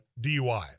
DUI